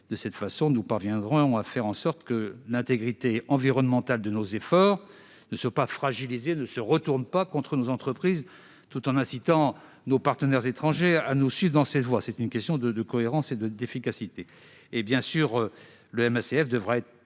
De cette façon, nous ferons en sorte que l'intégrité environnementale de nos efforts ne soit pas fragilisée et ne se retourne pas contre nos entreprises, tout en incitant nos partenaires étrangers à nous suivre dans cette voie : c'est une question de cohérence et d'efficacité. Bien sûr, le MACF devra être